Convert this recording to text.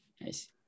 Nice